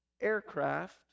aircraft